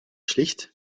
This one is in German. schlicht